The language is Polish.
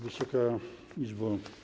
Wysoka Izbo!